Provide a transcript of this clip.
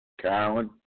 Carolyn